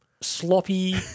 sloppy